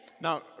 Now